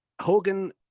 Hogan